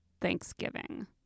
Thanksgiving